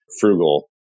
frugal